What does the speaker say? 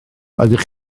ydych